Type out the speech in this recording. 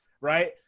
Right